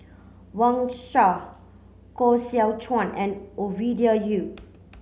Wang Sha Koh Seow Chuan and Ovidia Yu